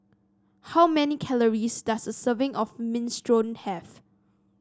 how many calories does a serving of Minestrone have